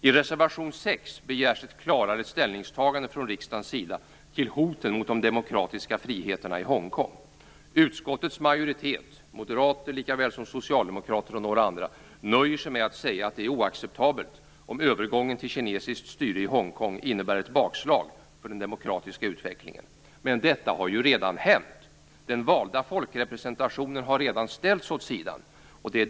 I reservation 6 begärs ett klarare ställningstagande från riksdagens sida till hoten mot de demokratiska friheterna i Hongkong. Utskottets majoritet, moderater likaväl som socialdemokrater och några andra, nöjer sig med att säga att det är oacceptabelt om övergången till kinesiskt styre i Hongkong innebär ett bakslag för den demokratiska utvecklingen. Men detta har ju redan hänt. Den valda folkrepresentationen har redan ställts åt sidan.